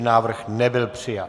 Návrh nebyl přijat.